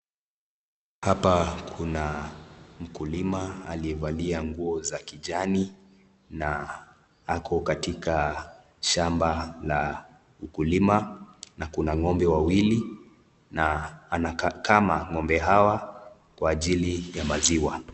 Hapa kuna mkulima aliyevalia nguo za kijani na ako katika shamba la ukulima na kuna ng'ombe wawili na anakama ng'ombe hawa kwa ajili ya maziwa.